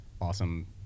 awesome